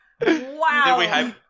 Wow